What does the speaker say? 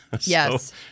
Yes